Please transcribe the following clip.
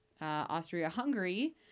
Austria-Hungary